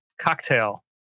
Cocktail